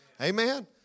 Amen